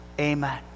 Amen